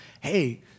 hey